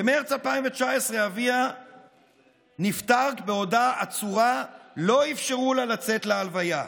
במרץ 2019 אביה נפטר בעודה עצורה ולא אפשרו לה לצאת להלוויה.